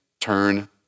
turn